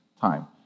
time